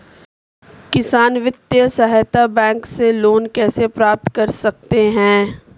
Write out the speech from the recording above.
किसान वित्तीय सहायता बैंक से लोंन कैसे प्राप्त करते हैं?